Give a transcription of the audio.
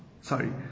sorry